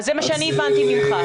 זה מה שאני הבנתי ממך.